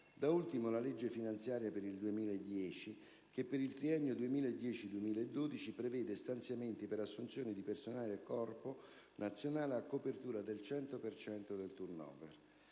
da ultimo la legge finanziaria per il 2010 che, per il triennio 2010-2012, prevede stanziamenti per assunzioni di personale del Corpo nazionale a copertura del 100 per cento